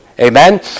Amen